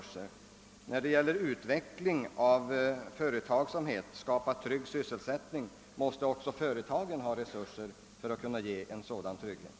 Men när det gäller utvecklingen av företagsamheten och skapandet av en tryggad sysselsättning måste också företagen ha resurser för att kunna göra en insats i det avseendet.